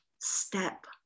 step